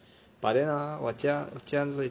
but then ah 我家我家这里